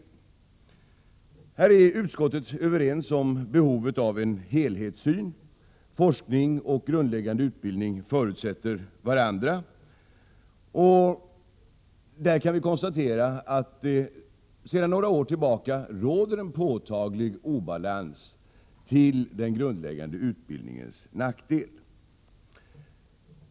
I detta sammanhang är utskottet överens om att det behövs en helhetssyn. Forskning och grundläggande utbildning förutsätter varandra. Vi kan konstatera att det sedan några år råder en påtaglig obalans till den grundläggande utbildningens nackdel.